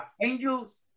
angels